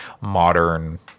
modern